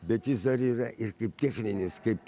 bet jis dar yra ir kaip techninis kaip